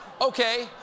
Okay